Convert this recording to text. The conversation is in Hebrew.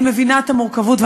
אני מבינה את המורכבות,